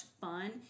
fun